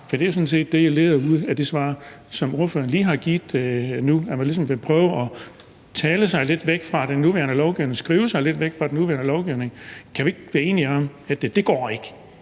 set det, jeg udleder af det svar, som ordføreren lige har givet nu: at man ligesom vil prøve at tale sig lidt væk fra den nuværende lovgivning, skrive sig lidt væk fra den